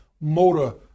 motor